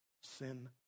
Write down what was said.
sin